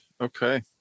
Okay